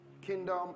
Kingdom